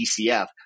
DCF